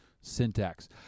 syntax